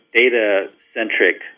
data-centric